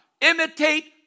Imitate